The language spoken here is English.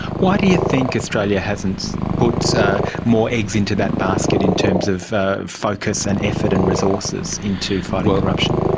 why do you think australia hasn't put more eggs into that basket in terms of focus and effort and resources into fighting corruption?